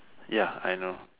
ya I know